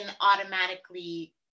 automatically